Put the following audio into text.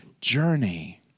journey